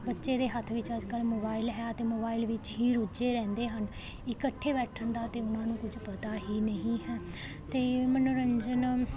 ਬੱਚੇ ਦੇ ਹੱਥ ਵਿੱਚ ਅੱਜ ਕੱਲ ਮੋਬਾਈਲ ਹੈ ਅਤੇ ਮੋਬਾਇਲ ਵਿੱਚ ਹੀ ਰੁੱਝੇ ਰਹਿੰਦੇ ਹਨ ਇਕੱਠੇ ਬੈਠਣ ਦਾ ਤਾਂ ਉਹਨਾਂ ਨੂੰ ਕੁਝ ਪਤਾ ਹੀ ਨਹੀਂ ਹੈ ਅਤੇ ਮਨੋਰੰਜਨ